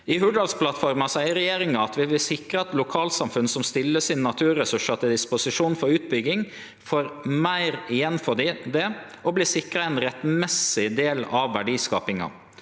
I Hurdalsplattforma seier regjeringa at vi vil sikre at lokalsamfunn som stiller sine naturressursar til disposisjon for utbygging, får meir igjen for det og vert sikra ein rettmessig del av verdiskapinga.